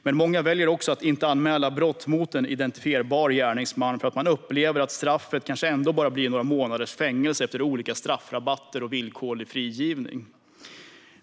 Dels väljer många också att inte anmäla brott mot en identifierbar gärningsman för att de upplever att straffet kanske ändå bara blir några månaders fängelse efter olika straffrabatter och villkorlig frigivning.